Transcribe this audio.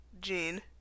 Gene